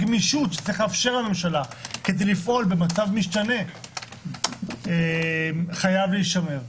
הגמישות שצריך לאפשר לממשלה כדי לפעול במצב משתנה חייב להישמר.